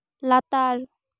ᱞᱟᱛᱟᱨ